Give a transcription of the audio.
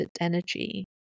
energy